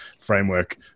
framework